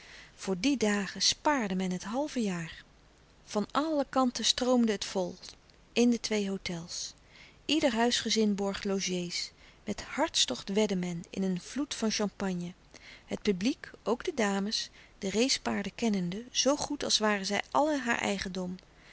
voor die dagen spaarde men het halve jaar van alle kanten stroomde het vol in de twee hôtels louis couperus de stille kracht ieder huisgezin borg logé's met hartstocht wedde men in een vloed van champagne het publiek ook de dames de race paarden kennende zoo goed als waren zij allen haar eigendom